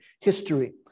History